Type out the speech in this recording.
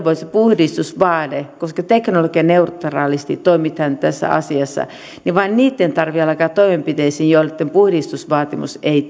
se puhdistusvaade koska teknologianeutraalisti toimitaan tässä asiassa ja vain niitten tarvitsee alkaa toimenpiteisiin joitten puhdistusvaatimus ei